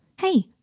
Hey